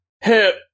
hip